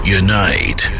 unite